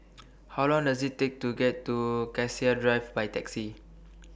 How Long Does IT Take to get to Cassia Drive By Taxi